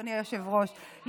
אדוני היושב-ראש,